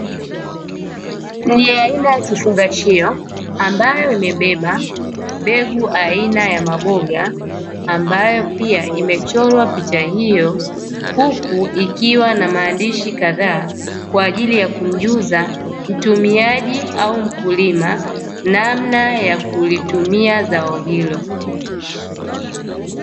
Ni aina ya kifungashio ambayo imebeba mbegu aina ya maboga, ambayo pia imechorwa picha hiyo huku ikiwa na maandishi kadhaa, kwa ajili ya kumjuza mtumiaji au mkulima namna ya kulitumia zao hilo.